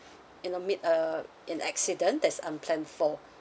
you know meet uh in accident there's unplanned for